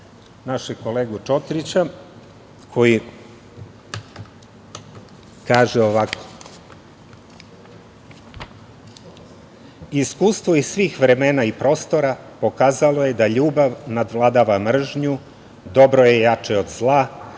našeg kolegu Čotrića, koji kaže ovako: „Iskustvo iz svih vremena i prostora pokazalo je da ljubav nadvladava mržnju, dobro je jače od zla,